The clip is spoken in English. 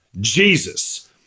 Jesus